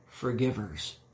forgivers